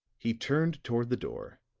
he turned toward the door,